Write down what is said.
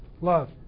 love